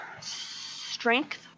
strength